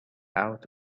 out